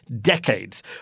decades